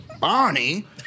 Barney